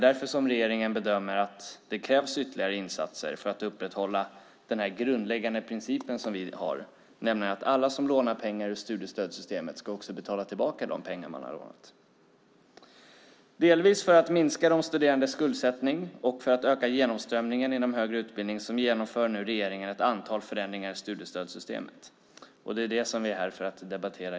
Därför bedömer regeringen att det krävs ytterligare insatser för att upprätthålla den grundläggande princip som vi har: att alla som lånar pengar inom studiestödssystemet ska betala tillbaka de pengar som lånats. Dels för att minska de studerandes skuldsättning, dels för att öka genomströmningen inom högre utbildning genomför nu regeringen ett antal förändringar i studiestödssystemet. Det är det som vi här i dag har att debattera.